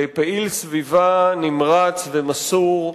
לפעיל סביבה נמרץ ומסור,